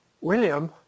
William